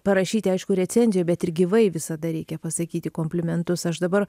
parašyti aišku recenzijoj bet ir gyvai visada reikia pasakyti komplimentus aš dabar